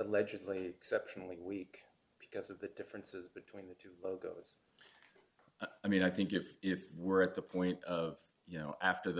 allegedly exceptionally weak because of the differences between the two logos i mean i think if if we're at the point of you know after the